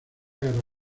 guerra